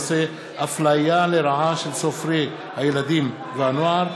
יהודה גליק בנושא: אפליה לרעה של סופרי הילדים והנוער,